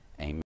Amen